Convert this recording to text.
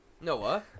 Noah